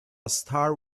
star